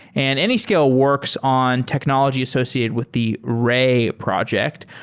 and anyscale works on technology associated with the ray project.